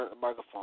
Microphone